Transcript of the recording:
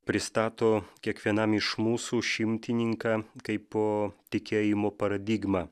pristato kiekvienam iš mūsų šimtininką kaipo tikėjimo paradigmą